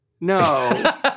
No